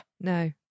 no